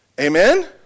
Amen